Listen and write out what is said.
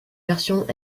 versions